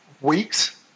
weeks